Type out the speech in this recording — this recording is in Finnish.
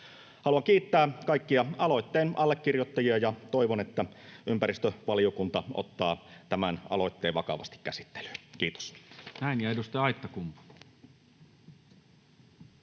Haluan kiittää kaikkia aloitteen allekirjoittajia ja toivon, että ympäristövaliokunta ottaa tämän aloitteen vakavasti käsittelyyn. — Kiitos.